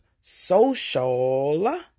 social